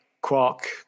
quark